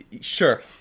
Sure